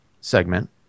segment